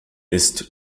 ist